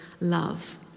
love